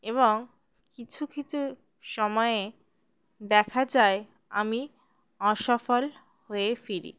এবং কিছু কিছু সময়ে দেখা যায় আমি অসফল হয়ে ফিরি